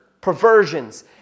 perversions